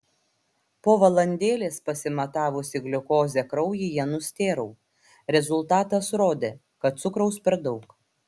po valandėlės pasimatavusi gliukozę kraujyje nustėrau rezultatas rodė kad cukraus per daug